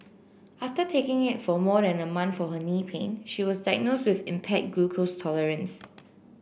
after taking it for more than a month for her knee pain she was diagnosed with impaired glucose tolerance